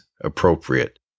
appropriate